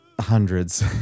hundreds